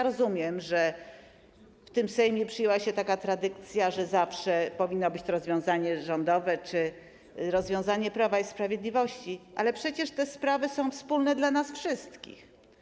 Rozumiem, że w tym Sejmie przyjęła się taka tradycja, że zawsze powinno być to rozwiązanie rządowe czy rozwiązanie Prawa i Sprawiedliwości, ale przecież te sprawy są wspólne dla nas wszystkich.